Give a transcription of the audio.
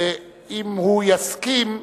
ואם הוא יסכים,